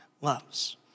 loves